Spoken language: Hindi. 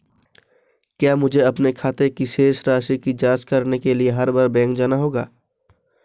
क्या मुझे अपने खाते की शेष राशि की जांच करने के लिए हर बार बैंक जाना होगा?